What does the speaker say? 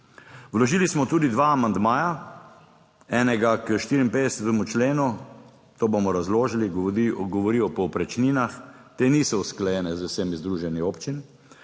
Vložili smo tudi dva amandmaja, enega k 54. členu, to bomo razložili, govori o povprečninah, te niso usklajene z vsemi združenji občin.